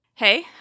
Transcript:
Hey